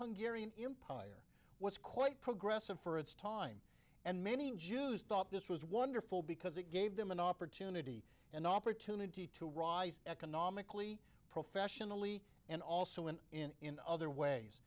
hungary an empire was quite progressive for its time and many jews thought this was wonderful because it gave them an opportunity an opportunity to rise economically professionally and also and in other ways